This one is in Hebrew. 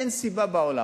אין סיבה בעולם.